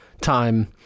time